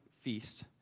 feast